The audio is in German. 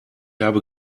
habe